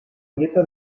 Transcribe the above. dieta